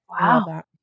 Wow